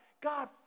God